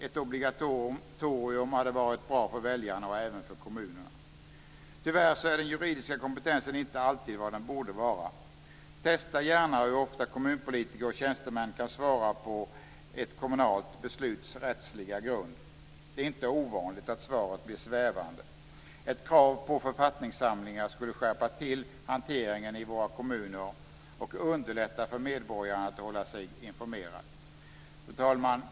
Ett obligatorium hade varit bra för väljarna och även för kommunerna. Tyvärr är den juridiska kompetensen inte alltid vad den borde vara. Testa gärna hur ofta kommunpolitiker och tjänstemän kan svara på ett kommunalt besluts rättsliga grund. Det är inte ovanligt att svaret blir svävande. Ett krav på författningssamlingar skulle skärpa hanteringen i våra kommuner och underlätta för medborgaren att hålla sig informerad. Fru talman!